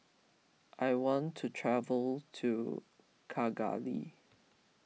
I want to travel to Kigali